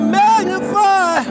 magnify